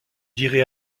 dirai